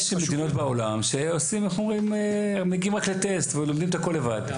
יש מדינות בעולם שמגיעים רק לטסט ולומדים את הכול לבד.